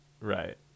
right